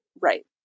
Right